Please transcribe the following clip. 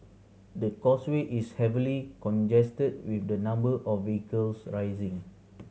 the causeway is heavily congested with the number of vehicles rising